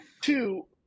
Two